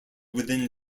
within